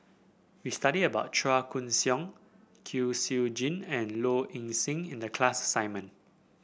we study about Chua Koon Siong Kwek Siew Jin and Low Ing Sing in the class assignment